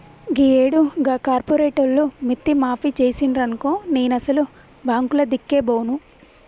గీయేడు గా కార్పోరేటోళ్లు మిత్తి మాఫి జేసిండ్రనుకో నేనసలు బాంకులదిక్కే బోను